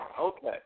Okay